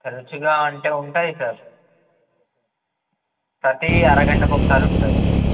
తరుచుగా అంటే ఉంటాయి సార్ ప్రతి అరగంటకొకసారి ఉంటుంది